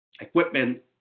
equipment